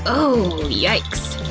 ah ooh, yikes.